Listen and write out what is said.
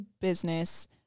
business